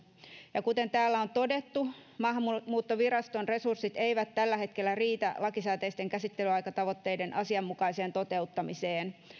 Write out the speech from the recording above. kuten täällä on todettu maahanmuuttoviraston resurssit eivät tällä hetkellä riitä lakisääteisten käsittelyaikatavoitteiden asianmukaiseen toteuttamiseen